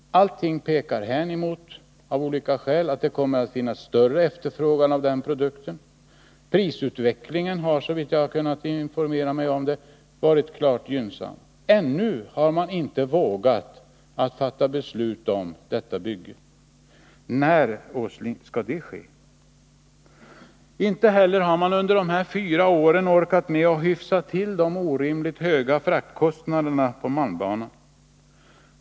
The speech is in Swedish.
Allting pekar hän emot, av olika skäl, att det kommer att finnas större efterfrågan på den produkten. Prisutvecklingen har, såvitt jag har kunnat informera mig om det, varit klart gynnsam. Ännu har man inte vågat fatta beslut om detta bygge. När, herr Åsling, skall det ske? Inte heller har man under de här fyra åren orkat med att hyfsa till de orimligt höga fraktkostnaderna på malmbanan.